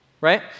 Right